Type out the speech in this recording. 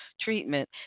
treatment